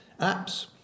apps